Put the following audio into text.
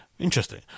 interesting